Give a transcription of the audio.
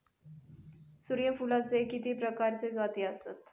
सूर्यफूलाचे किती प्रकारचे जाती आसत?